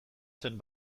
zen